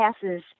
passes